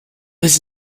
was